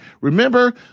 Remember